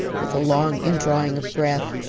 with a long indrawing of breath.